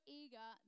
eager